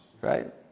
Right